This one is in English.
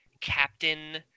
captain